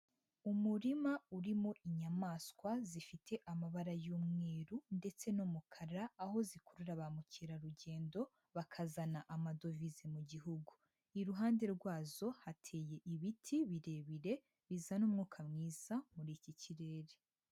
Umurima urimo inyamaswa zifite amabara y'umweru ndetse n'umukara, aho zikurura ba mukerarugendo bakazana amadovize mu gihugu, iruhande rwazo hateye ibiti birebire bizana umwuka mwiza muri iki kirere.